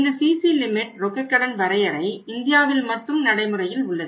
இந்த CC limit ரொக்க கடன் வரையறை இந்தியாவில் மட்டும் நடைமுறையில் உள்ளது